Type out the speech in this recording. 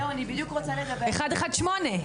118,